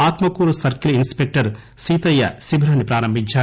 Atmakur circle inspector Seethaiah శిబిరాన్సి ప్రారంభించారు